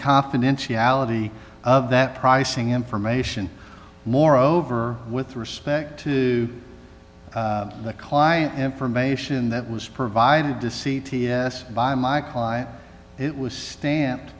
confidentiality of that pricing information moreover with respect to the client information that was provided to c t s by my client it was stamp